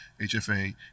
HFA